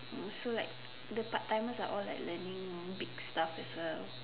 so like the part timers are all like learning big stuff as well